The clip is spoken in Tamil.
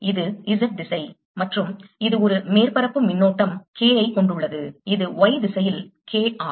இது Z திசை மற்றும் இது ஒரு மேற்பரப்பு மின்னோட்டம் K ஐ கொண்டுள்ளது இது Y திசையில் K ஆகும்